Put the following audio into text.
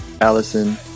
Allison